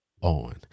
on